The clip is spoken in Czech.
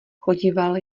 chodíval